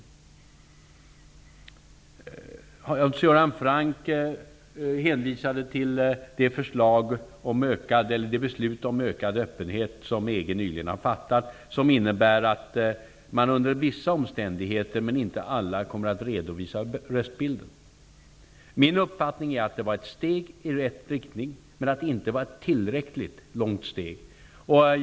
Hans Göran Franck hänvisade till det beslut om ökad öppenhet som EG nyligen har fattat, som innebär att man under vissa omständigheter, men inte alla, kommer att redovisa röstbilden. Min uppfattning är att det var ett steg i rätt riktning, men att det inte var ett tillräckligt långt steg.